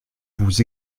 vous